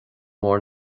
mór